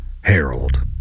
Harold